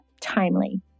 timely